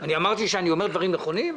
אמרתי שאני אומר דברים נכונים?